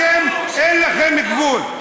אתם, אין לכם גבול.